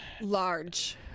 Large